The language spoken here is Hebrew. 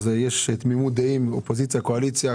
אז יש תמימות דעים בין קואליציה ואופוזיציה.